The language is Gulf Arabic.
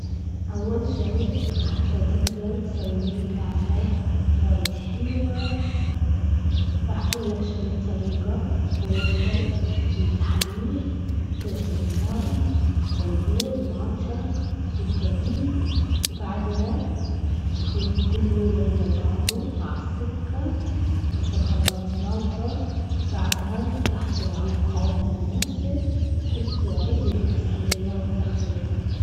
أول شي حتى تقدر تسويه كعكة وايد حلوة. راح أقول لك شنو الطريقة أول شي تجيب الحليب وكاسة مي والبيض مالتك والدقيق وبعدها تخلط كله ويا بعضه مع سكر في الخلاط مالتك بعدها تحصل على قوام المناسب تحطوا عدل في صينية وتدخل الفرن.